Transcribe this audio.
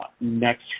next